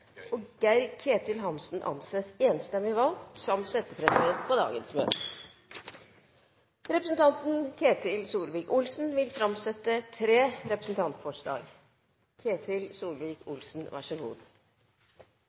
og Geir-Ketil Hansen anses enstemmig valgt som settepresident for dagens møte. Representanten Ketil Solvik-Olsen vil framsette tre representantforslag.